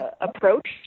approach